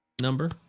number